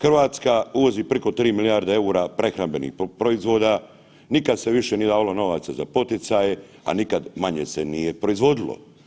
Hrvatska uvozi priko 3 milijarde EUR-a prehrambenih proizvoda, nikad se više nije dalo novaca za poticaje, a nikad manje se nije proizvodilo.